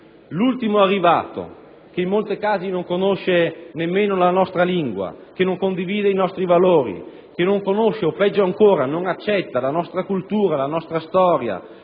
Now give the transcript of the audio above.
L'ultimo arrivato, che in molti casi non conosce nemmeno la nostra lingua, che non condivide i nostri valori, che non conosce o peggio ancora non accetta la nostra cultura, la nostra storia